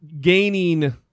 gaining